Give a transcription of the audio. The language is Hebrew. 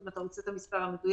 אם אתה רוצה את המספר המדויק.